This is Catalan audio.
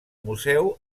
museu